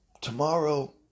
Tomorrow